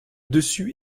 dessus